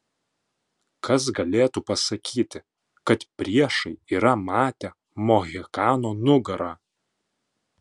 kas galėtų pasakyti kad priešai yra matę mohikano nugarą